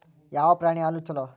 ಯಾವ ಪ್ರಾಣಿ ಹಾಲು ಛಲೋ?